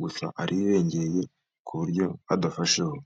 gusa arirengereye ku buryo adafasheho.